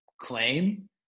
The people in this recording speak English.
claim